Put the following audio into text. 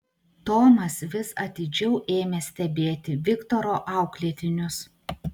tomas vis atidžiau ėmė stebėti viktoro auklėtinius